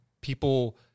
people